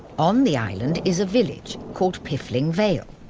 on the island is a village called piffling vale.